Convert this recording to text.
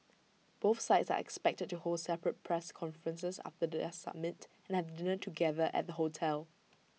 both sides are expected to hold separate press conferences after their A summit and have dinner together at the hotel